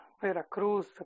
Veracruz